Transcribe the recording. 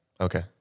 Okay